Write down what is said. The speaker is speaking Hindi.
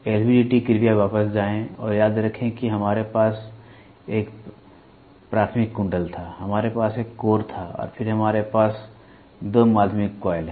LVDT कृपया वापस जाएं और याद रखें कि हमारे पास एक प्राथमिक कुंडल था हमारे पास एक कोर था और फिर हमारे पास 2 माध्यमिक कॉइल हैं